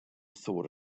thought